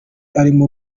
arimo